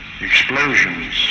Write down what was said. explosions